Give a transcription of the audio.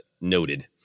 noted